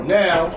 now